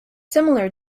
similar